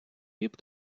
піп